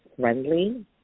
friendly